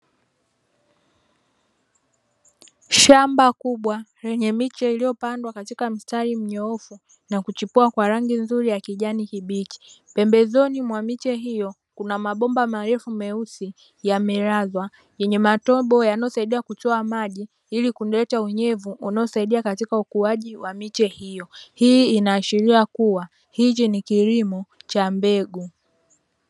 Shamba kubwa lenye miche iliyopandwa katika mstari mnyoofu na kuchipua kwa rangi nzuri ya kijani kibichi. Pembezoni mwa miche hiyo kuna mabomba marefu meusi yamelazwa; yenye matobo yanayosaidia kutoa maji, ili kuleta unyevu unaosaidia katika ukuaji wa miche hiyo. Hii inaashiria kuwa hichi ni kilimo cha mbegu.